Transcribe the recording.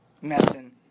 messing